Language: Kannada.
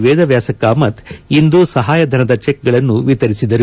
ವೇದವ್ಲಾಸ್ ಕಾಮತ್ ಇಂದು ಸಹಾಯಧನದ ಚಿಕ್ ಗಳನ್ನು ವಿತರಿಸಿದರು